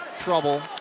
trouble